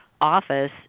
office